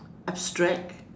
abstract